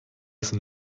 sind